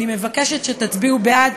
אני מבקשת שתצביעו בעד,